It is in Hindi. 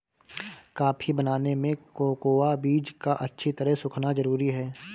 कॉफी बनाने में कोकोआ बीज का अच्छी तरह सुखना जरूरी है